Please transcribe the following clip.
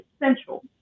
essential